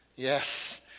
Yes